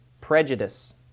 Prejudice